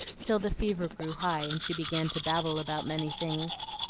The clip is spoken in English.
till the fever grew high and she began to babble about many things.